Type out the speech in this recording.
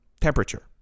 Temperature